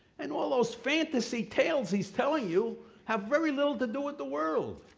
and all those fantasy tales he's telling you have very little to do with the world.